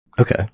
Okay